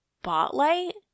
spotlight